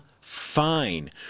fine